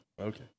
Okay